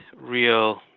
real